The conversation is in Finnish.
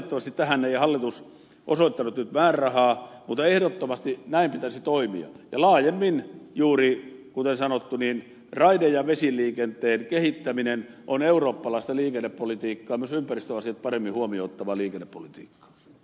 valitettavasti tähän ei hallitus osoittanut nyt määrärahaa mutta ehdottomasti näin pitäisi toimia ja laajemmin juuri kuten sanottu raide ja vesiliikenteen kehittäminen on eurooppalaista liikennepolitiikkaa myös ympäristöasiat paremmin huomioon tavallinen pohtii